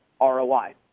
ROI